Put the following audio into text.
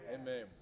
Amen